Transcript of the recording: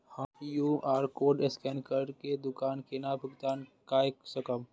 हम QR code scan करके दुकान केना भुगतान काय सकब?